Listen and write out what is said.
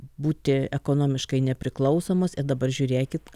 būti ekonomiškai nepriklausomos ir dabar žiūrėkit